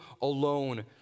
alone